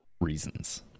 reasons